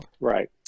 Right